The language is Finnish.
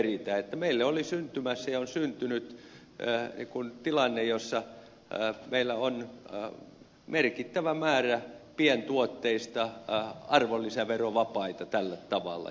eli meille oli syntymässä ja on syntynyt tilanne jossa meillä merkittävä määrä pientuotteita on arvonlisäverovapaita tällä tavalla